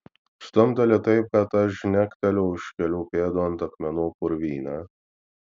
stumteli taip kad aš žnekteliu už kelių pėdų ant akmenų purvyne